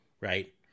right